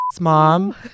Mom